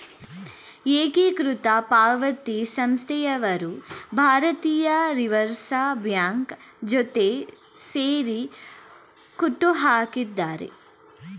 ಏಕೀಕೃತ ಪಾವತಿ ಸಂಸ್ಥೆಯವರು ಭಾರತೀಯ ರಿವರ್ಸ್ ಬ್ಯಾಂಕ್ ಜೊತೆ ಸೇರಿ ಹುಟ್ಟುಹಾಕಿದ್ದಾರೆ